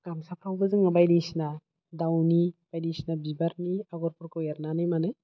गामसाखौबो जोङो बायदिसिना दाउनि बायदिसिना बिबारनि आग'रफोरखौ एरनानै माने